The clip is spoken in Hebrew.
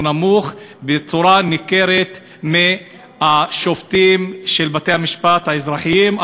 נמוך במידה ניכרת משל השופטים בבתי-המשפט האזרחיים,